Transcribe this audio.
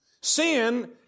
Sin